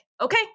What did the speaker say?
okay